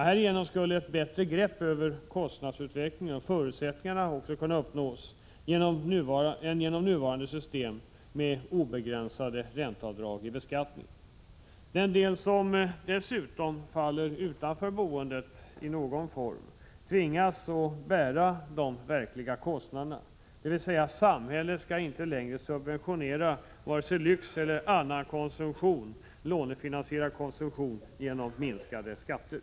Härigenom skulle ett bättre grepp över kostnadsutvecklingen och förutsättningarna också kunna uppnås än genom nuvarande system med obegränsade ränteavdrag i beskattningen. Den del som dessutom faller utanför boendet i någon form tvingas att bära de verkliga kostnaderna, dvs. samhället skall inte längre subventionera lyxkonsumtion eller annan lånefinansierad konsumtion genom minskade skatter.